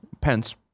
Pence